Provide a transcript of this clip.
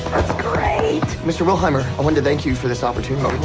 great! mr. willheimer, i wanted thank you for this opportunity.